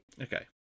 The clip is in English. Okay